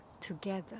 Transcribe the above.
together